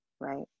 right